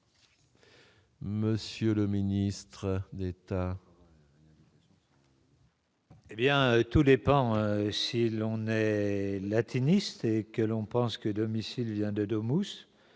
Monsieur le ministre de l'État. Eh bien tout dépend si l'on est latiniste et que l'on pense que domicilié hein de de